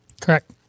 Correct